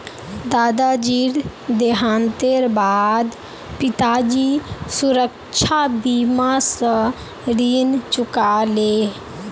दादाजीर देहांतेर बा द पिताजी सुरक्षा बीमा स ऋण चुका ले